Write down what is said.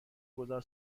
گذار